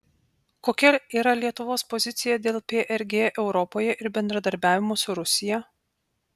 kokia yra lietuvos pozicija dėl prg europoje ir bendradarbiavimo su rusija